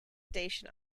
station